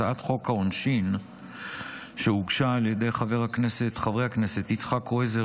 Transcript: הצעת חוק העונשין שהוגשה על ידי חברי הכנסת יצחק קרויזר